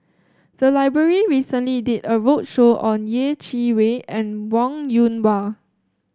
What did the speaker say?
the library recently did a roadshow on Yeh Chi Wei and Wong Yoon Wah